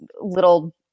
little